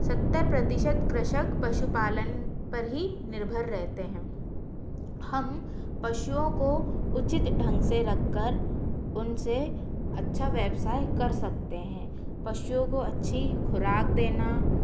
सत्तर प्रतिशत कृषक पशुपालन पर ही निर्भर रहते हैं हम पशुओं को उचित ढंग से रखकर उनसे अच्छा व्यवसाय कर सकते हैं पशुओं को अच्छी खुराक देना